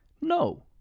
no